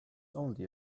only